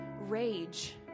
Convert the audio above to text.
rage